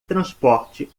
transporte